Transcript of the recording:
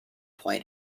point